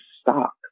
stock